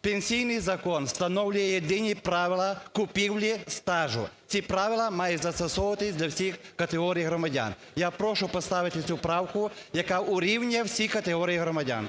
Пенсійний закон встановлює єдині правила купівлі стажу, ці правила мають застосовуватися для всіх категорій громадян. Я прошу цю правку, яка урівнює всі категорії громадян.